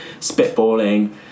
spitballing